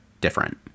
different